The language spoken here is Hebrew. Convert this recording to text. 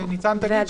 שניצן תגיד,